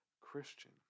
Christian